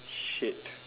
shit